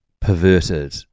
perverted